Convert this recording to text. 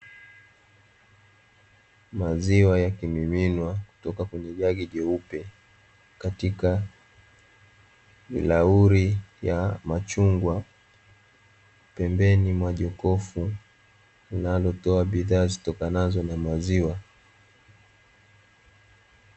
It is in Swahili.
Maziwa yakimiminwa kutoka kwenye jagi jeupe, katika bilauri ya machungwa pembeni mwa jokofu, linalotoa bidhaa zitokanazo na maziwa.